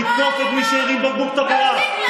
לתקוף את מי שהרים בקבוק תבערה,